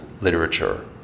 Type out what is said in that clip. literature